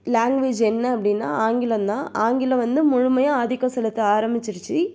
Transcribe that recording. language என்ன அப்படின்னா ஆங்கிலம் தான் ஆங்கிலம் வந்து முழுமையாக ஆதிக்கம் செலுத்த ஆரமிச்சிருச்சு